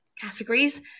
categories